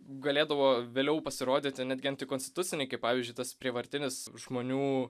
galėdavo vėliau pasirodyti netgi antikonstituciniai kaip pavyzdžiui tas prievartinis žmonių